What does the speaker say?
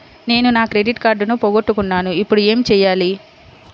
నేను నా క్రెడిట్ కార్డును పోగొట్టుకున్నాను ఇపుడు ఏం చేయాలి?